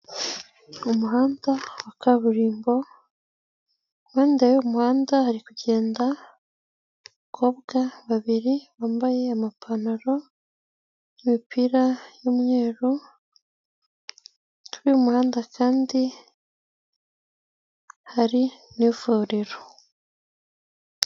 Umuhanda wa kaburimbo impande y'uwo muhanda hari kugenda abakobwa babiri bambaye amapantaro n'imipira y'imyeru, kuri uyu muhanda kandi hari n'ivuriro.